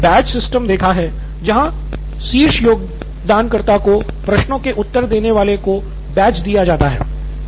मैंने एक badge system देखा है जहां शीर्ष योगदानकर्ता को प्रश्नों के उत्तर देने वाले को बैज दिया जाता है